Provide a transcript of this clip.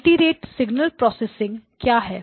multirate signal processing क्यों है